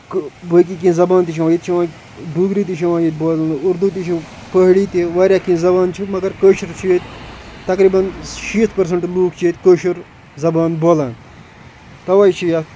کٲ باقٕے کیٚنٛہہ زبان تہِ چھِ یِوان ییٚتہِ چھِ یِوان ڈوگری تہِ چھِ یِوان ییٚتہِ بولنہٕ اُردو تہِ چھِ پہاڑی تہِ وارِیاہ کیٚنٛہہ زبانہٕ چھِ مگر کٲشرس چھِ ییٚتہِ تقریٖبن شِیٖتھ پٔرسنٹہٕ لُکھ چھِ ییٚتہِ کٲشُر زبان بولان تَوے چھِ یَتھ